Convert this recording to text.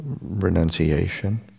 renunciation